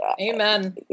Amen